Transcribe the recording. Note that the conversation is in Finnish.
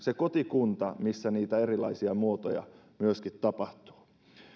kotikunnassa niitä erilaisia muotoja myöskin tapahtuu